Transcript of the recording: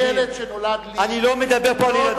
אף ילד שנולד, אני לא מדבר פה על ילדים.